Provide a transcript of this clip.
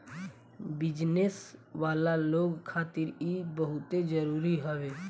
business वाला लोग खातिर इ बहुते जरुरी हवे